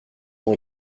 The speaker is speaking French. ont